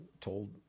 told